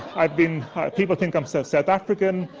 i've been people think i'm so south african,